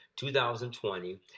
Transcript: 2020